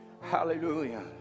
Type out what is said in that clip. Hallelujah